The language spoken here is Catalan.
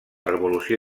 revolució